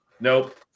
nope